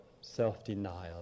self-denial